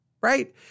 right